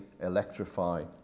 electrify